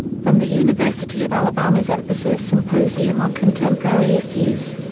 from the university of alabama's emphasis symposium on contemporary issues.